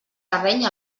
terreny